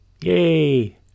Yay